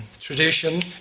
tradition